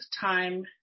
time